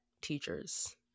teachers